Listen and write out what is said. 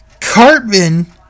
Cartman